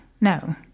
No